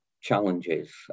challenges